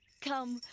come!